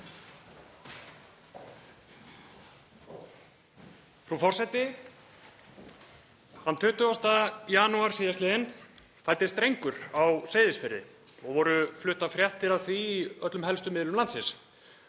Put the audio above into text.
Frú forseti. Þann 20. janúar síðastliðinn fæddist drengur á Seyðisfirði og voru fluttar fréttir af því í öllum helstu miðlum landsins.